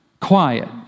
quiet